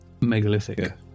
megalithic